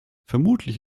vermutlich